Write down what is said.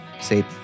safe